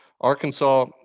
Arkansas